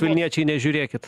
vilniečiai nežiūrėkit